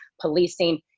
policing